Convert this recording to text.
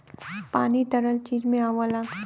पानी तरल चीज में आवला